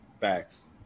Facts